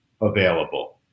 available